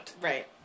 Right